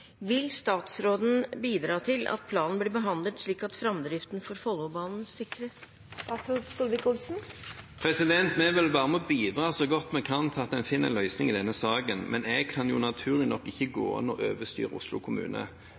Vil statsråden bidra til at planen blir behandlet slik at framdriften for Follobanen sikres?» Vi vil være med og bidra så godt vi kan til å finne en løsning i denne saken, men jeg kan naturlig nok ikke gå inn og overstyre Oslo kommune.